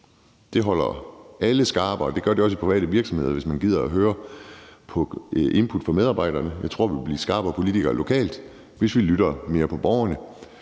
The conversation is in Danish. Det holder alle skarpe. Det gør det også i private virksomheder, hvis man gider lytte til input fra medarbejderne. Jeg tror, at vi ville blive skarpere politikere lokalt, hvis vi lyttede mere til borgerne.